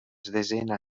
desena